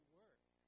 work